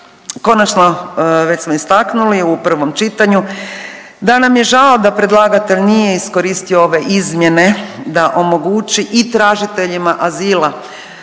Konačno već smo istaknuli u prvom čitanju da nam je žao da predlagatelj nije iskoristio ove izmjene da omogući i tražiteljima azila